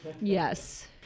Yes